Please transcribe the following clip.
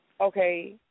Okay